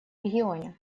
регионе